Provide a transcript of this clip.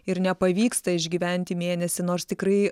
ir nepavyksta išgyventi mėnesį nors tikrai